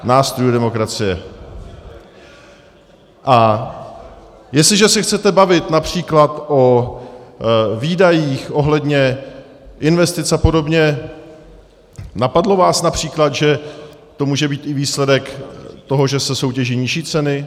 A jestliže se chcete bavit například o výdajích ohledně investic a podobně, napadlo vás například, že to může být i výsledek toho, že se soutěží nižší ceny?